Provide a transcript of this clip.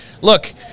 look